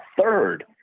third